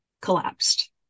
collapsed